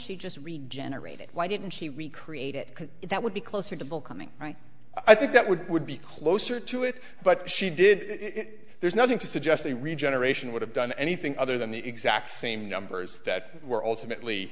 she just regenerated why didn't she recreate it because that would be closer to bill coming right i think that would would be closer to it but she did there's nothing to suggest the regeneration would have done anything other than the exact same numbers that were ultimately